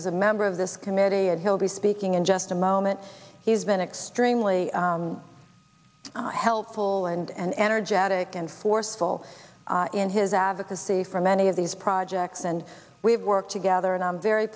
who's a member of this committee and he'll be speaking in just a moment he's been extremely helpful and energetic and forceful in his advocacy for many of these projects and we've worked together and i'm very